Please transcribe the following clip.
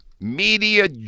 Media